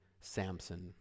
Samson